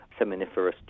seminiferous